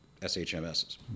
SHMSs